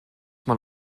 mal